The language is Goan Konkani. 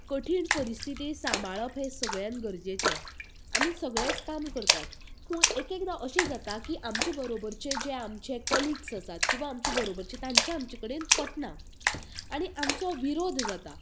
कठीण परिस्थिती सांबाळप हें सगळ्यांत गरजेचें आमी सगळेंच काम करतात पूण एक एकदां अशें जाता की आमच्या बरोबरचे जे आमचे कलिग्स आसात किंवां आमचे बरोबरचे तांचें आमच्या कडेन पटना आनी आमचो विरोध जाता